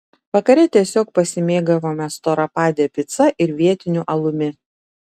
vakare tiesiog pasimėgavome storapade pica ir vietiniu alumi